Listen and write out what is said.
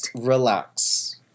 Relax